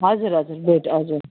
हजुर हजुर बेड हजुर